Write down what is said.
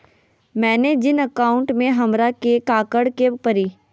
मैंने जिन अकाउंट में हमरा के काकड़ के परी?